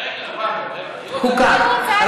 חוקה.